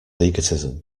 egotism